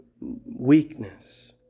weakness